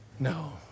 No